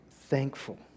thankful